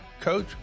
coach